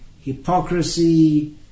hypocrisy